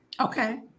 Okay